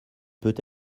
peut